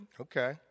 Okay